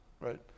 right